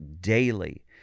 daily